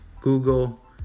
Google